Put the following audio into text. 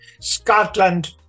Scotland